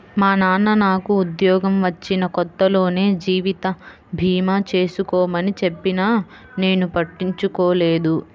మా నాన్న నాకు ఉద్యోగం వచ్చిన కొత్తలోనే జీవిత భీమా చేసుకోమని చెప్పినా నేను పట్టించుకోలేదు